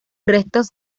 restos